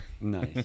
Nice